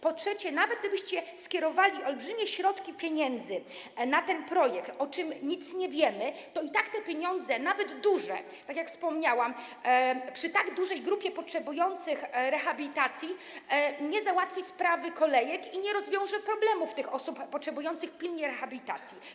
Po trzecie, nawet gdybyście skierowali olbrzymie środki, pieniądze na ten projekt, o czym nic nie wiemy, to i tak te pieniądze, nawet duże, tak jak wspomniałam, przy tak dużej grupie potrzebujących rehabilitacji nie załatwią sprawy kolejek i nie rozwiążą problemów tych osób pilnie potrzebujących rehabilitacji.